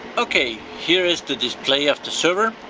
okay, here is the display of the server,